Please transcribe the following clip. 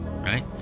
right